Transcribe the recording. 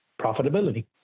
profitability